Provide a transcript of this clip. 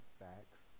facts